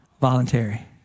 voluntary